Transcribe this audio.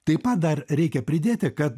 taip pat dar reikia pridėti kad